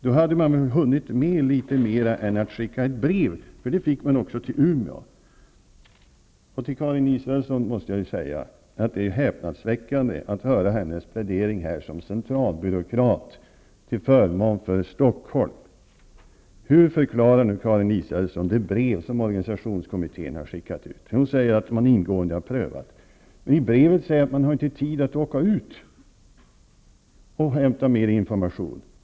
Då borde man ha hunnit med mera än att bara skicka ut ett brev, för det skickade man också till Umeå. Till Karin Israelssom måste jag säga att det är häpnadsväckande att höra hennes plädering som centralbyråkrat till förmån för Stockholm. Hur förklarar Karin Israelsson det brev som organisationskommittén har skickat ut? Hon sade ju att man ingående har prövat frågan. Men i brevet sägs det att man inte har tid att göra besök för att inhämta ytterligare information.